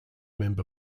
member